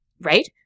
right